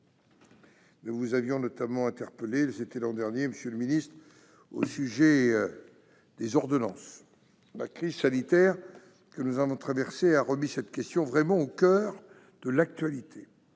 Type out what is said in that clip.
Nous vous avions notamment interpellé l'année dernière, monsieur le ministre, au sujet des ordonnances. La crise sanitaire que nous avons traversée a remis cette question au coeur de l'actualité.